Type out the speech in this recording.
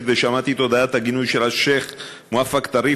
ושמעתי את הודעת הגינוי של השיח' מואפק טריף,